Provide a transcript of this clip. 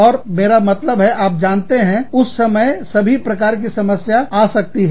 और मेरा मतलब है आप जानते हैंउस समय सभी प्रकार की समस्याएं आ सकती है